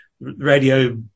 Radio